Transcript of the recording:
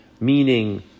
Meaning